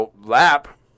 lap